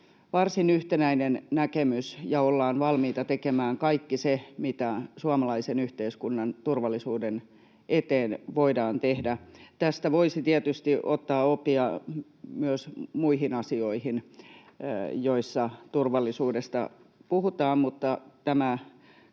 varsin yhtenäinen näkemys ja ollaan valmiita tekemään kaikki se, mitä suomalaisen yhteiskunnan turvallisuuden eteen voidaan tehdä. Tästä voisi tietysti ottaa oppia myös muihin asioihin, joissa turvallisuudesta puhutaan, mutta tämä